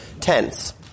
tense